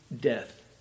death